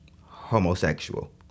Homosexual